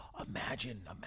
Imagine